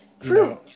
True